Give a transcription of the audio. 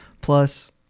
plus